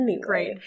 Great